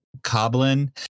Coblin